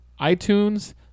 iTunes